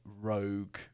rogue